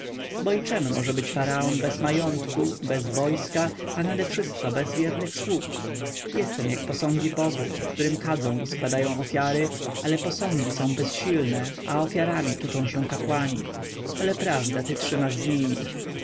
i czem może być faraon bez majątku bez wojska a nadewszystko bez wiernych sług jestem jak posągi bogów którym kadzą i składają ofiary ale posągi są bezsilne a ofiarami tuczą się kapłani ale prawda ty trzymasz z nimi